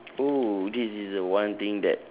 oh this is the one thing that